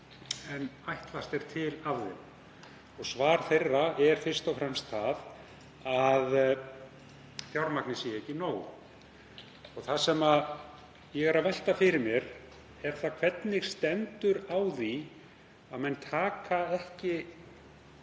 en ætlast er til af þeim. Svar þeirra er fyrst og fremst það að fjármagnið sé ekki nóg. Það sem ég velti fyrir mér er: Hvernig stendur á því að menn taka ekki